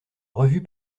revue